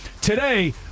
today